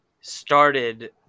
started